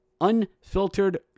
unfiltered